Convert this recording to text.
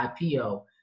IPO